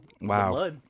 Wow